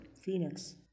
Phoenix